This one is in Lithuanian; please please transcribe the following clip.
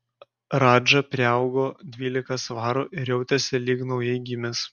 radža priaugo dvylika svarų ir jautėsi lyg naujai gimęs